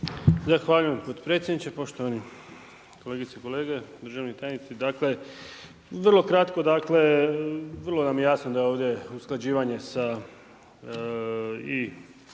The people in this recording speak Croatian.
Zahvaljujem potpredsjedniče. Poštovane kolegice i kolege, državni tajniče. Vrlo nam je jasno da je ovdje usklađivanje sa i